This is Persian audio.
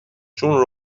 چون